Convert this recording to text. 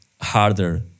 harder